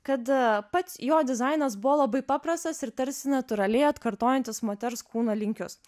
kad pats jo dizainas buvo labai paprastas ir tarsi natūraliai atkartojantis moters kūno linkius